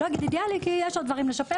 אני לא אגיד אידיאלי כי יש עוד דברים לשפר.